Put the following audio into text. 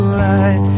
light